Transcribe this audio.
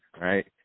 right